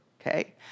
okay